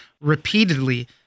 repeatedly